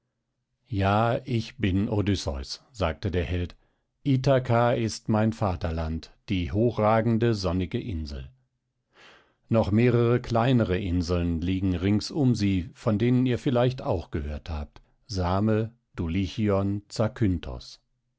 ja ich bin odysseus sagte der held ithaka ist mein vaterland die hochragende sonnige insel noch mehrere kleinere inseln liegen rings um sie von denen ihr vielleicht auch gehört habt same dulichion